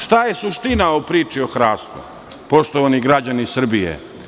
Šta je suština u priči o hrastu, poštovani građani Srbije?